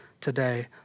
today